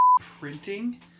printing